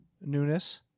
newness